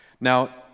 Now